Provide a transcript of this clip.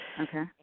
Okay